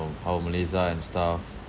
how malays are and stuff